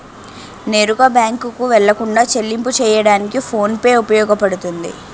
నేరుగా బ్యాంకుకు వెళ్లకుండా చెల్లింపు చెయ్యడానికి ఫోన్ పే ఉపయోగపడుతుంది